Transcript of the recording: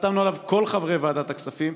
שחתמנו עליו, כל חברי ועדת הכספים,